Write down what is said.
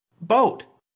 boat